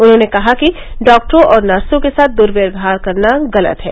उन्होंने कहा कि डॉक्टरों और नर्सों के साथ द्वयवहार करना गलत है